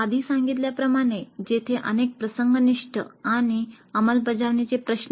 आधी सांगितल्याप्रमाणे तेथे अनेक प्रसंगनिष्ठ आणि अंमलबजावणीचे प्रश्न आहेत